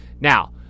Now